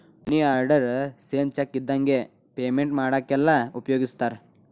ಮನಿ order same cheque ಇದ್ದಂಗೆ payment ಮಾಡಾಕೆಲ್ಲ ಉಪಯೋಗಿಸ್ತಾರ